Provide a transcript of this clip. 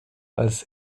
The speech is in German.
als